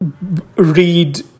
read